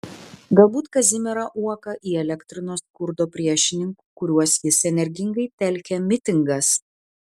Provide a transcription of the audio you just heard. galbūt kazimierą uoką įelektrino skurdo priešininkų kuriuos jis energingai telkė mitingas